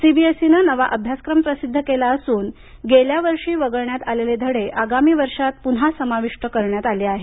सीबीएसईनं नवा अभ्यासक्रम प्रसिध्द केला असून गेल्या वर्षी वगळण्यात आलेले धडे आगामी वर्षात पुन्हा समाविष्ट करण्यात आले आहेत